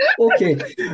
okay